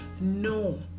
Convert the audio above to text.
no